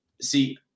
See